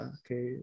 okay